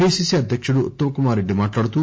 PCC అధ్యకుడు ఉత్తమ్ కుమార్ రెడ్డి మాట్లాడతూ